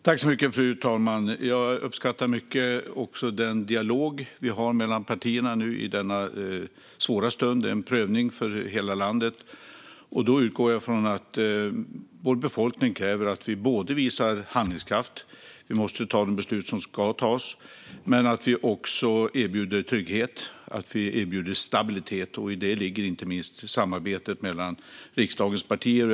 Fru talman! Jag uppskattar mycket den dialog vi har mellan partierna i denna svåra stund. Det är en prövning för hela landet. Då utgår jag från att befolkningen kräver att vi visar handlingskraft. Vi måste ta de beslut som ska tas. Men det handlar också om att vi erbjuder trygghet och att vi erbjuder stabilitet. I det ligger inte minst samarbetet mellan riksdagens partier.